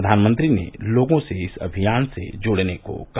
प्रधानमंत्री ने लोगों से इस अभियान से जुड़ने को कहा